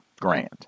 grand